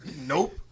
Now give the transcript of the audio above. Nope